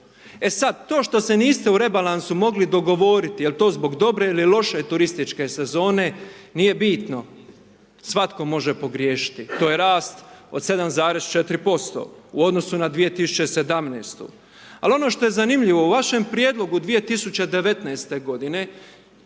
E sada to što se niste u rebalansu mogli dogovoriti, jel to zbog dobre ili loše turističke sezone, nije bitno, svatko može pogriješiti, to je rast od 7,4% u odnosu na 2017. Ali ono što je zanimljivo u vašem prijedlogu 2019. .g vi